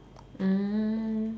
um